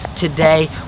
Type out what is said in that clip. today